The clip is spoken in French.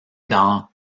dans